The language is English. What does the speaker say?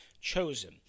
chosen